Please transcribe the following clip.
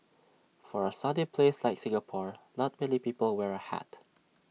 for A sunny place like Singapore not many people wear A hat